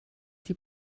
die